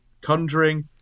Conjuring